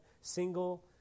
single